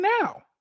now